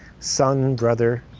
son, brother,